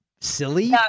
silly